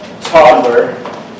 toddler